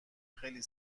خیلی